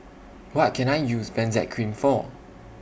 What Can I use Benzac Cream For